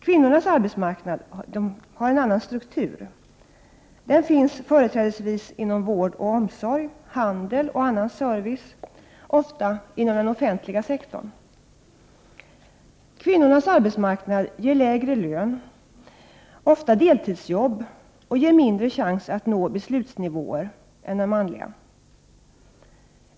Kvinnornas arbetsmarknad har en annan struktur. Den finns företrädesvis inom vård och omsorg, handel och annan service, ofta inom den offentliga sektorn. Kvinnornas arbetsmarknad ger lägre lön, ofta deltidsjobb, och ger mindre chans att nå beslutsnivåer än den manliga.